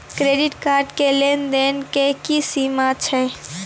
Credit card के लेन देन के की सीमा छै?